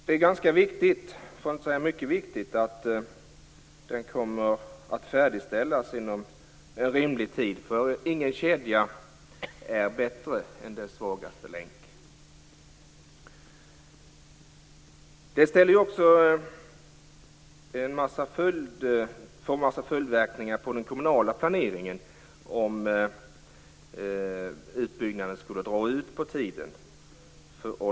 Det är ganska viktigt, för att inte säga mycket viktigt, att den färdigställs inom rimlig tid, för ingen kedja är starkare än dess svagaste länk. Det får också en massa följdverkningar för den kommunala planeringen om utbyggnaden skulle dra ut på tiden.